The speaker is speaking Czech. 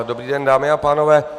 Dobrý den, dámy a pánové.